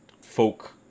folk